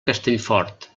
castellfort